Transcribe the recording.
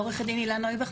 עורכת דין הלה נויבך,